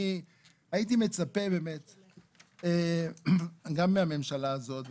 אני הייתי מצפה באמת גם מהממשלה הזאת,